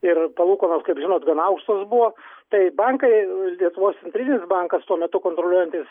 ir palūkanos kaip žinot gan aukštos buvo tai bankai lietuvos centrinis bankas tuo metu kontroliuojantis